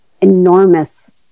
enormous